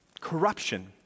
Corruption